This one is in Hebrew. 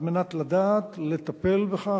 על מנת לדעת לטפל בכך,